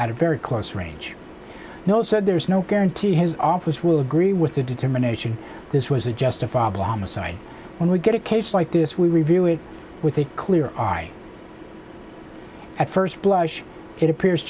at a very close range no said there's no guarantee his office will agree with the determination this was a justifiable homicide when we get a case like this we review it with a clear eye at first blush it appears